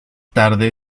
tarde